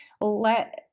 let